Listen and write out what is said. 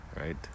right